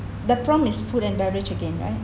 the prompt is food and beverage again right